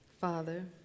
Father